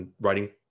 writing